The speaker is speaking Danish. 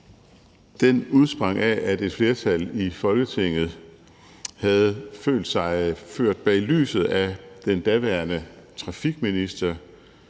Den udsprang af, at et flertal i Folketinget havde følt sig ført bag lyset af den daværende trafikminister